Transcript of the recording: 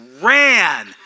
ran